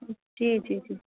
जी जी जी